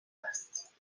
است